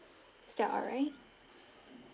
is that alright